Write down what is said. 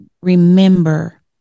remember